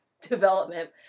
development